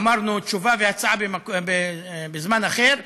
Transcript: אמרנו: תשובה והצבעה בזמן אחר.